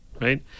right